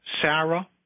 Sarah